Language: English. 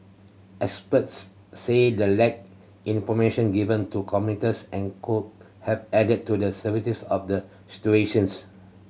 experts said the lack information given to commuters and could have added to the of the situations